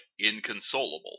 inconsolable